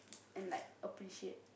and like appreciate